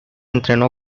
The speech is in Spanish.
entrenó